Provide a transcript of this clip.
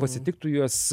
pasitiktų juos